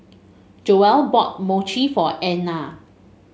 Joelle bought Mochi for Einar